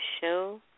show